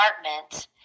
apartment